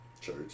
Church